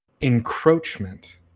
encroachment